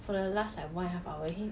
for the last like one and a half hour he